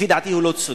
לפי דעתי הוא לא צודק,